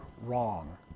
wrong